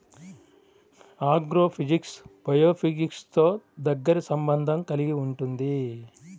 agrophysics బయోఫిజిక్స్తో దగ్గరి సంబంధం కలిగి ఉంటుంది